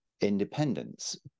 independence